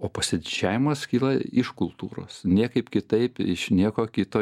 o pasididžiavimas kyla iš kultūros niekaip kitaip iš nieko kito